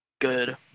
good